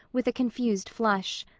with a confused flush.